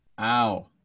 Ow